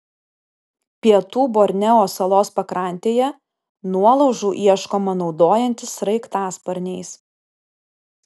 pietų borneo salos pakrantėje nuolaužų ieškoma naudojantis sraigtasparniais